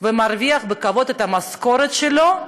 ומרוויח בכבוד את המשכורת שלו,